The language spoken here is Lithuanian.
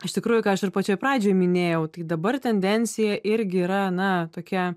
iš tikrųjų ką aš ir pačioj pradžioj minėjau tai dabar tendencija irgi yra na tokia